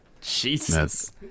Jesus